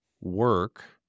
Work